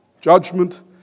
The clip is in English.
Judgment